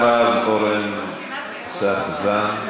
אחריו, אורן אסף חזן.